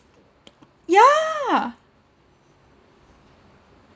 yeah